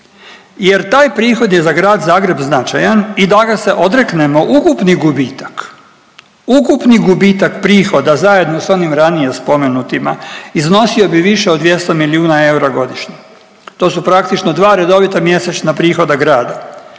jer taj prihod je za grad Zagreb značajan i da ga se odreknemo ukupni gubitak, ukupni gubitak prihoda zajedno sa onim ranije spomenutima iznosio bi više od 200 milijuna eura godišnje. To su praktično dva redovita mjesečna prihoda grada.